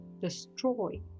destroy